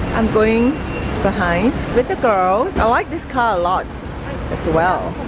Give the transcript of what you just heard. i'm going behind with the girls i like this car a lot as well